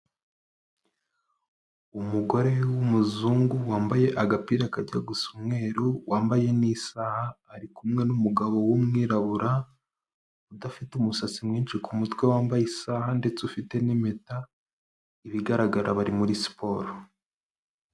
Umugore w'umuzungu wambaye agapira kajya gusa umweru, wambaye nisaha, ari kumwe n'umugabo w'umwirabura udafite umusatsi mwinshi kumutwe, wambaye isaha ndetse ufite n'impeta, ibigaragara bari muri siporo.